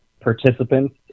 participants